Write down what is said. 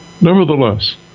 Nevertheless